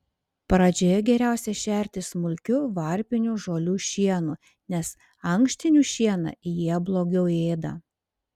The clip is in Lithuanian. pradžioje geriausia šerti smulkiu varpinių žolių šienu nes ankštinių šieną jie blogiau ėda